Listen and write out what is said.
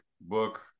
book